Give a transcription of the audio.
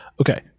Okay